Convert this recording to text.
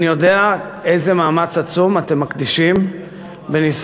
אני יודע איזה מאמץ עצום אתם מקדישים בניסיון